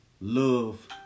love